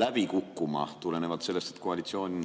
läbi kukkuma tulenevalt sellest, et koalitsioon